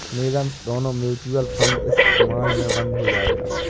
मेरा दोनों mutual fund इस माह में बंद हो जायेगा